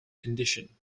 condition